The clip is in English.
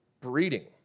breeding